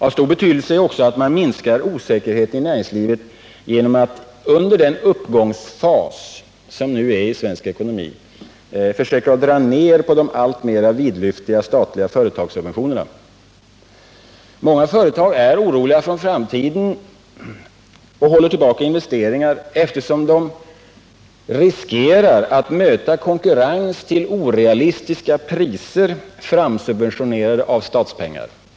Av stor betydelse är också att man minskar osäkerheten i näringslivet genom att under den uppgång som nu kan iakttas i svensk ekonomi försöka dra ner på de allt vidlyftigare statliga företagssubventionerna. Många företag är oroliga för framtiden och håller tillbaka investeringar, eftersom de riskerar att möta konkurrens av orealistiska priser, framsubventionerade av statspengar.